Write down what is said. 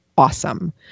Awesome